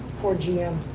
poor gm.